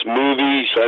movies